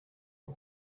ngo